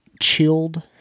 chilled